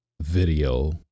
video